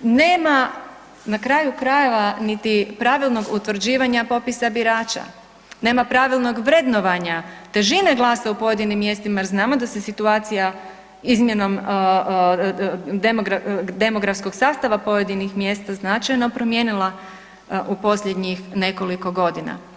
nema na kraju krajeva niti pravilnog utvrđivanja popisa birača, nema pravilnog vrednovanja težine glasa u pojedinim mjestima jer znamo da se situacija izmjenom demografskog sastava pojedinih mjesta značajno promijenila u posljednjih nekoliko godina.